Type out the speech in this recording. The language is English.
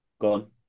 gone